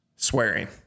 Swearing